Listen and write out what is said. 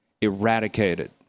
eradicated